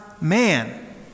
man